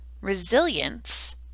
Resilience